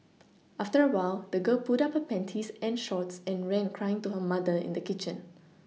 after a while the girl pulled up her panties and shorts and ran crying to her mother in the kitchen